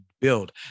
build